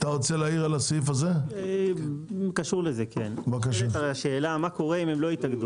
לזה - מה אם עד המועד הזה לא יתאגדו?